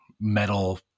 metal